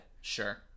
Sure